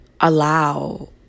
allow